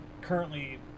currently